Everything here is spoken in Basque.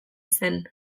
zen